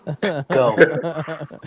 Go